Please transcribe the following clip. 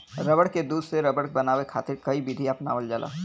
रबड़ के दूध से रबड़ बनावे खातिर कई विधि अपनावल जाला